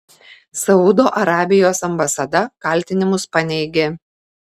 saudo arabijos ambasada kaltinimus paneigė